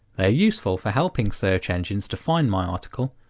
ah useful for helping search engines to find my article,